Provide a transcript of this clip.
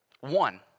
one